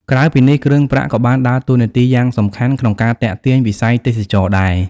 ក្រៅពីនេះ គ្រឿងប្រាក់ក៏បានដើរតួនាទីយ៉ាងសំខាន់ក្នុង ការទាក់ទាញវិស័យទេសចរណ៍ដែរ។